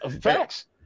Facts